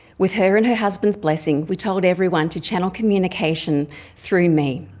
with her and her husband's blessing we told everyone to channel communication through me.